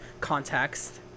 context